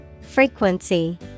frequency